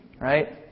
Right